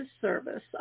service